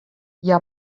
hja